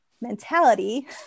mentality